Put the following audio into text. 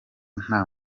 nta